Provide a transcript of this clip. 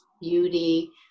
beauty